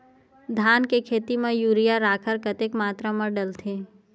धान के खेती म यूरिया राखर कतेक मात्रा म डलथे?